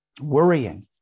worrying